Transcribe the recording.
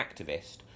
activist